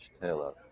Taylor